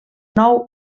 nou